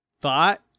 thought